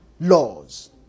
laws